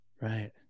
Right